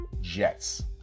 Jets